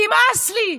נמאס לי.